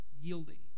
yielding